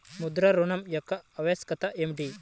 ముద్ర ఋణం యొక్క ఆవశ్యకత ఏమిటీ?